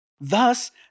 Thus